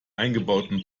eingebauten